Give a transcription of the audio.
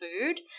food